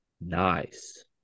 nice